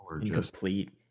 incomplete